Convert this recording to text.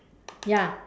ya